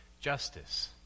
justice